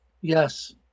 Yes